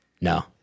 No